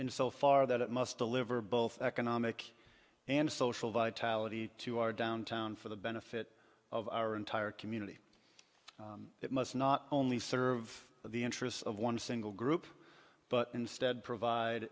in so far that it must deliver both economic and social vitality to our downtown for the benefit of our entire community it must not only serve the interests of one single group but instead provide